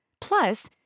Plus